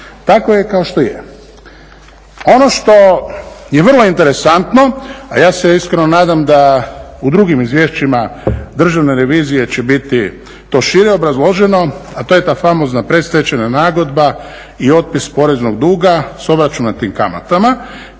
tako je kao što je. Ono što je vrlo interesantno, a ja se iskreno nadam da u drugim izvješćima Državne revizije će biti to šire obrazloženo, a to je ta famozna predstečajna nagodba i otpis poreznog duga s obračunatim kamatama.